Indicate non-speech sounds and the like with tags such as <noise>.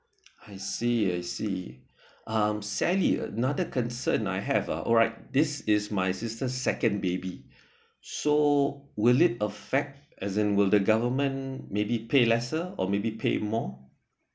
I see I see <breath> um sally another concern I have uh alright this is my sister's second baby <breath> so will it affect as in will the government may be pay lesser of maybe pay more